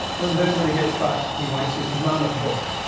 and then, when he gets back, he writes this mammoth book.